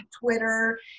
Twitter